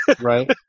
right